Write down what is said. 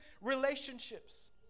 relationships